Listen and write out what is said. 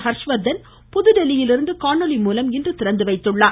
ஹர்ஷ்வர்தன் புதுதில்லியிலிருந்து காணொலி மூலம் இன்று திறந்துவைத்தார்